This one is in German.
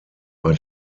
bei